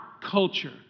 culture